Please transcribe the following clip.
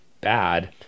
bad